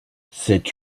cette